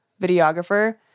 videographer